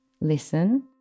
listen